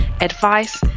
advice